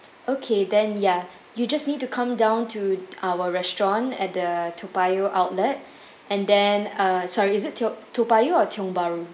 okay then ya you just need to come down to our restaurant at the toa payoh outlet and then uh sorry is it tiong~ toa payoh or tiong bahru